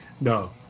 no